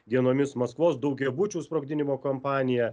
dienomis maskvos daugiabučių sprogdinimo kampaniją